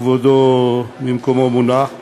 כבודו במקומו מונח.